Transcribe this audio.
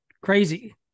crazy